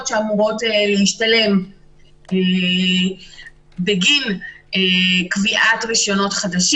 שאמורות להשתלם בין קביעת רשיונות חדשים.